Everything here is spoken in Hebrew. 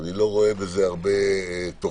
אני לא רואה בזה הרבה תוחלת.